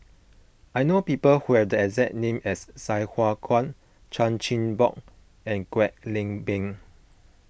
I know people who have the exact name as Sai Hua Kuan Chan Chin Bock and Kwek Leng Beng